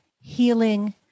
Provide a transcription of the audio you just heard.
healing